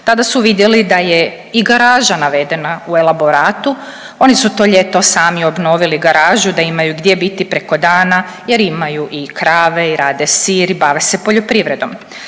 tada su vidjeli da je i garaža navedena u elaboratu. Oni su to ljeto sami obnovili garažu da imaju gdje biti preko dana jer imaju i krave i rade sir i bave se poljoprivredom.